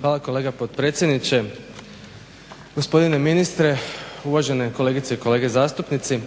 Hvala kolega potpredsjedniče, gospodine ministre, uvažene kolegice i kolege zastupnici.